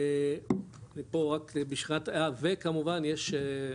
פה רק כמובן יש,